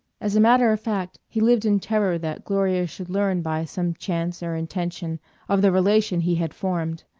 as a matter of fact he lived in terror that gloria should learn by some chance or intention of the relation he had formed.